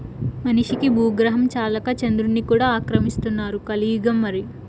మనిషికి బూగ్రహం చాలక చంద్రుడ్ని కూడా ఆక్రమిస్తున్నారు కలియుగం మరి